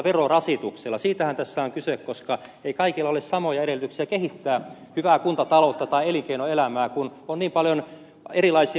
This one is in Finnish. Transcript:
siitähän tässä on kyse koska ei kaikilla ole samoja edellytyksiä kehittää hyvää kuntataloutta tai elinkeinoelämää kun on niin paljon erilaisia lähtökohtia